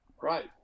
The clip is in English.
Right